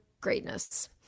greatness